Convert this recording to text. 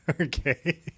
Okay